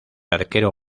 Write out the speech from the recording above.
arquero